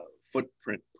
footprint